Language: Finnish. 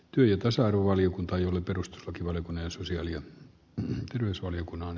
ykkösarvovaliokuntaan jolle perustuslakivaliokunnan susi oli naisvaliokunnan